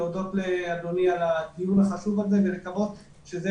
להודות לאדוני על הדיון החשוב הזה ולקוות שזה